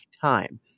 time